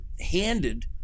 handed